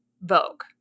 Vogue